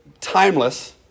timeless